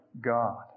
God